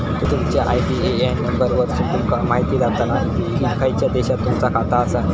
तुमच्या IBAN number वरसुन तुमका म्हायती जाताला की खयच्या देशात तुमचा खाता आसा